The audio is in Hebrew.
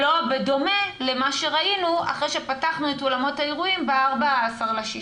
שלא בדומה למה שראינו אחרי שפתחנו את אולמות האירועים ב-14.6,